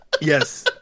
yes